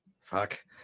Fuck